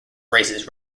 raises